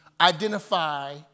identify